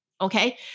okay